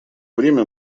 время